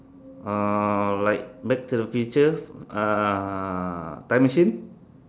uh like back to the future uh time machine